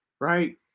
right